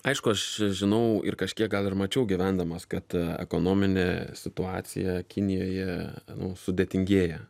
aišku aš žinau ir kažkiek gal ir mačiau gyvendamas kad ekonominė situacija kinijoje nu sudėtingėje